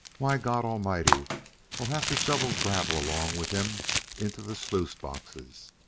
why, god almighty'll have to shovel gravel along with him into the sluice-boxes.